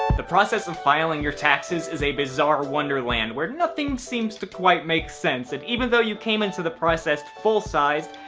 the process of filing your taxes is a bizarre wonderland, where nothing seems to quite make sense. and even though you came into the process full-sized,